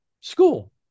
school